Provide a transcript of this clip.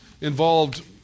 involved